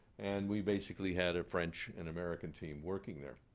and we basically had a french and american team working there.